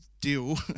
deal